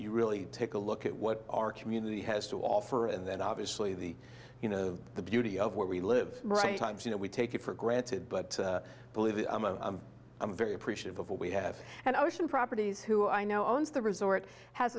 you really take a look at what our community has to offer and then obviously the you know the beauty of where we live in times you know we take it for granted but believe me i'm very appreciative of what we have and ocean properties who i know owns the resort has